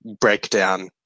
breakdown